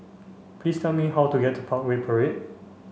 please tell me how to get to Parkway Parade